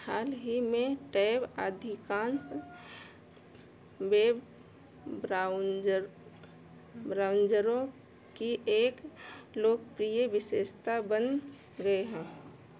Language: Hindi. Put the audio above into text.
हाल ही में टैब अधिकांश बेब ब्राउनजर ब्राउनजरों की एक लोकप्रिय विशेषता बन गए हैं